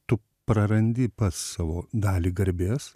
tu prarandi pats savo dalį garbės